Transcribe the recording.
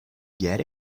get